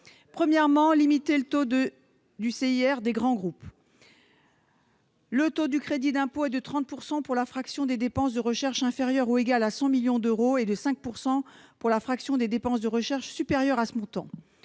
Premièrement, il vise à limiter le taux du CIR accordé aux grands groupes. Ce taux est actuellement fixé à 30 % pour la fraction des dépenses de recherche inférieure ou égale à 100 millions d'euros et à 5 % pour la fraction des dépenses de recherche supérieure à ce montant.